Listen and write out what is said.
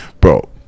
bro